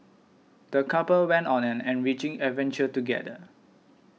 the couple went on an enriching adventure together